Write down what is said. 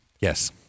Yes